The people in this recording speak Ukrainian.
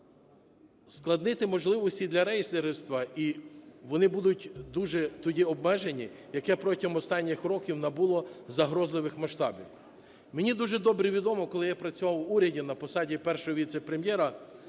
Ускладнити можливості для рейдерства, і вони будуть дуже тоді обмежені, яке протягом останніх років набуло загрозливих масштабів. Мені дуже добре відомо, коли я працював в уряді на посаді Першого віце-прем'єра